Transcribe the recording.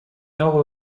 nord